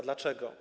Dlaczego?